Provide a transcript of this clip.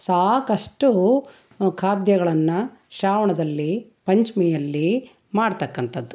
ಸಾಕಷ್ಟು ಖಾದ್ಯಗಳನ್ನು ಶ್ರಾವಣದಲ್ಲಿ ಪಂಚಮಿಯಲ್ಲಿ ಮಾಡತಕ್ಕಂಥದ್ದು